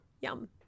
Yum